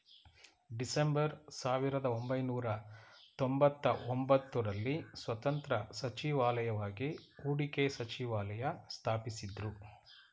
December ಸಾವಿರದಒಂಬೈನೂರ ತೊಂಬತ್ತಒಂಬತ್ತು ರಲ್ಲಿ ಸ್ವತಂತ್ರ ಸಚಿವಾಲಯವಾಗಿ ಹೂಡಿಕೆ ಸಚಿವಾಲಯ ಸ್ಥಾಪಿಸಿದ್ದ್ರು